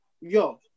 Yo